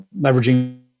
leveraging